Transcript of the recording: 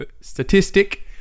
statistic